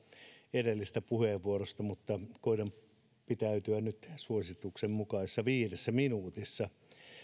edellisestä puheenvuorosta mutta koetan pitäytyä nyt suosituksen mukaisessa viidessä minuutissa